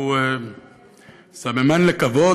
הוא סממן לכבוד,